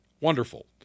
Wonderful